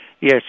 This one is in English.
Yes